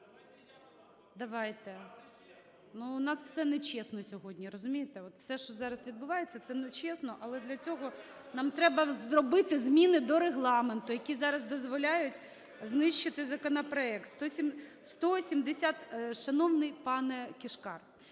Давайте. Ну у нас все нечесно сьогодні, розумієте. От все, що зараз відбувається, це нечесно. Але для цього нам треба зробити зміни до Регламенту, які зараз дозволяють знищити законопроект. 170… Шановний пане Кишкар,